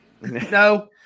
No